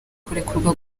kurekurwa